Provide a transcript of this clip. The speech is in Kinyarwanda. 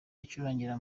icurangira